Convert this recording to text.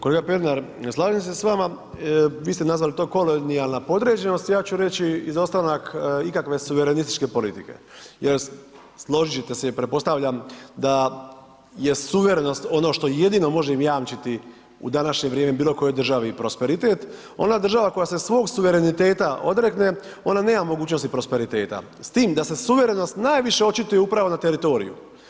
Kolega Pernar, ne slažem se s vama, vi ste nazvali to kolonijalna podređenost, ja ću reći izostanak ikakve suverenističke politike jer složit ćete se i pretpostavljam da je suverenost ono što jedino može im jamčiti u današnje vrijeme bilo kojoj državi prosperitet, ona država koja se svog suvereniteta odrekne, ona nema mogućnosti prosperiteta s tim da se suverenost najviše očituje upravo na teritoriju.